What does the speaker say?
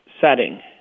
setting